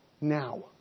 now